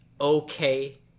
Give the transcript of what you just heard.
okay